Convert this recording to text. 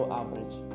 average